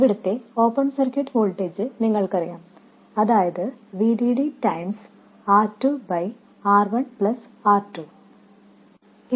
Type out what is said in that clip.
ഇവിടത്തെ open circuit voltage നിങ്ങൾക്കറിയാം അതായത് VDD R2 R1 R2